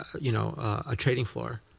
you know a trading floor.